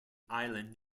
island